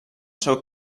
seu